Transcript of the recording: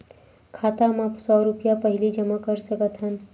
खाता मा सौ रुपिया पहिली जमा कर सकथन?